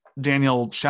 Daniel